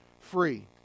free